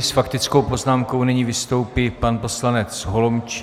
S faktickou poznámkou nyní vystoupí pan poslanec Holomčík.